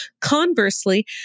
Conversely